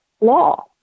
law